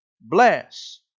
bless